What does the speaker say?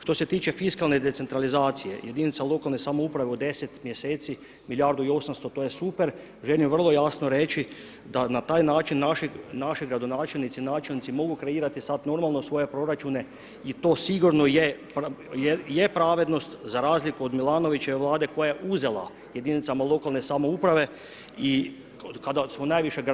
Što se tiče fiskalne decentralizacije jedinica lokalne samouprave od 10 mjeseci milijardu i 800 to je super, želim vrlo jasno reći da na taj način naši gradonačelnici, načelnici mogu kreirat sad normalno svoje proračune i to sigurno je pravednost za razliku od Milanovićeve vlade koja je uzela jedinicama lokalne samouprave i kada smo najviše grcali u dugovima.